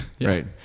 Right